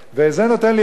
זה נותן לי אפשרות,